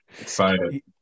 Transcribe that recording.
Excited